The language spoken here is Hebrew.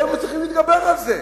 לא מצליחים להתגבר על זה,